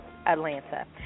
Atlanta